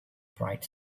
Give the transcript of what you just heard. bright